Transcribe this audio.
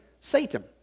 Satan